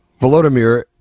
Volodymyr